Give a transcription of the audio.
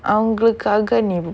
அவங்களுக்காக நீனு:avangalukaaga neenu